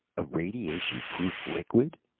a radiation-proof liquid,